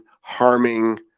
harming